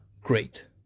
great